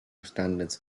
standards